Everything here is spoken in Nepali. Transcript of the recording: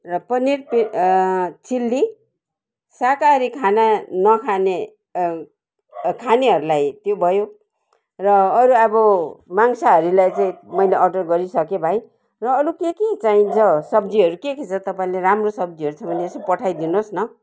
र पनिर पे चिल्ली साकाहारी खाना नखाने खानेहरूलाई त्यो भयो र अरू अब मांसाहारीलाई चाहिँ मैले अर्डर गरिसकेँ भाइ र अरू के के चाहिन्छ सब्जीहरू के के छ तपाईँले राम्रो सब्जीहरू छ भने तपाईँले एसो पठाइदिनुहोस् न